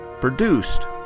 produced